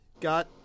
got